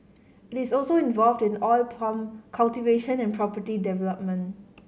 it is also involved in oil palm cultivation and property development